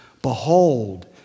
Behold